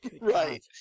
Right